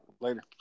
Later